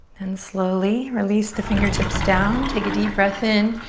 then slowly, release the fingertips down. take a deep breath in.